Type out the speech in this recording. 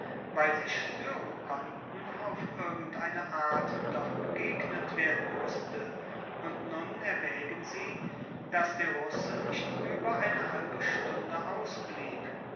weil sie stören konnten auf irgendeine art doch begegnet werden mußte und nun erwägen sie daß der russe nicht über eine halbe stunde ausblieb